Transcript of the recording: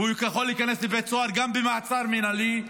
וכיול להיכנס לבית סוהר גם במעצר מינהלי,